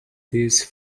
these